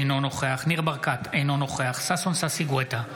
אינו נוכח ניר ברקת, אינו נוכח ששון ששי גואטה,